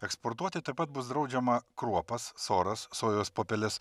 eksportuoti taip pat bus draudžiama kruopas soras sojos pupeles